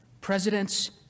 Presidents